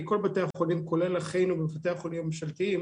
כל בתי החולים כולל בתי החולים הממשלתיים